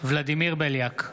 ולדימיר בליאק,